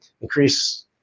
increase